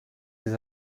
des